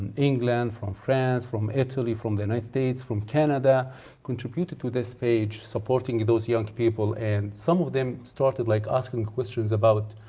england, from france, from italy, from the united states, from canada contributed to this page supporting those young people and some of them started like asking questions about